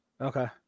Okay